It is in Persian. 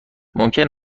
ممکن